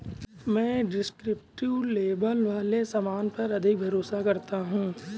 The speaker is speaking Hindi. मैं डिस्क्रिप्टिव लेबल वाले सामान पर अधिक भरोसा करता हूं